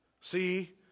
see